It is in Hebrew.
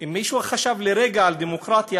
אם מישהו חשב לרגע על דמוקרטיה,